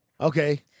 Okay